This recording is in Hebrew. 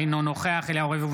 אינו נוכח אליהו רביבו,